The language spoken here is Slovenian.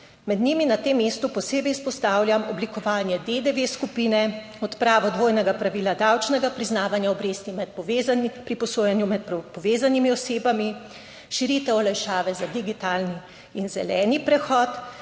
Med njimi na tem mestu posebej izpostavljam oblikovanje DDV skupine, odpravo dvojnega pravila davčnega priznavanja obresti pri posojanju med povezanimi osebami, širitev olajšave za digitalni in zeleni prehod